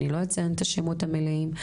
אני לא אציין את השמות המלאים,